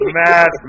mad